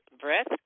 breath